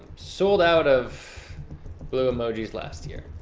sold out of blue emojis last year,